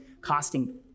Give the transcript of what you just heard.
costing